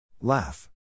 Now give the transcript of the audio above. Laugh